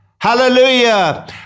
Hallelujah